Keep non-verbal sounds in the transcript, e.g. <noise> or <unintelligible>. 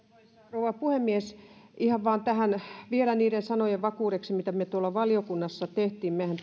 rouva puhemies ihan vain vielä niiden sanojen vakuudeksi mitä me tuolla valiokunnassa teimme mehän <unintelligible>